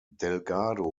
delgado